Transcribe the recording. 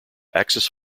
axis